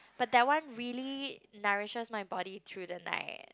but that one really nourishes my body through the night